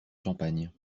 champagne